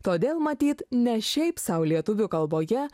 todėl matyt ne šiaip sau lietuvių kalboje